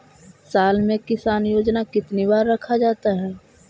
साल में किसान योजना कितनी बार रखा जाता है?